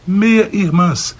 meia-irmãs